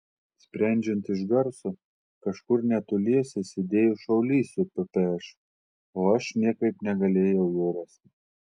sprendžiant iš garso kažkur netoliese sėdėjo šaulys su ppš o aš niekaip negalėjau jo rasti